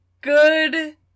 good